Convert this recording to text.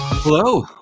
Hello